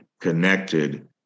connected